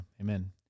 amen